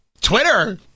Twitter